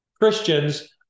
Christians